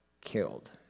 killed